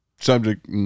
subject